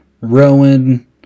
Rowan